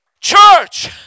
Church